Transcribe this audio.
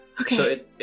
Okay